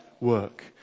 work